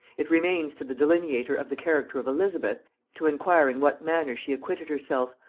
it remains to the delineator of the character of elizabeth to inquire in what manner she acquitted herself,